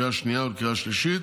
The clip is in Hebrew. לקריאה שנייה ולקריאה שלישית.